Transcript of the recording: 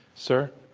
sir?